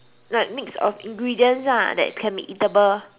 like mix of ingredients ah that can be eatable